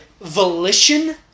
volition